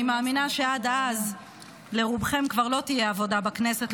אני מאמינה שעד אז לרובכם כבר לא תהיה עבודה בכנסת,